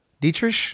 Dietrich